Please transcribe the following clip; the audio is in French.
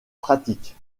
pratique